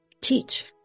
teach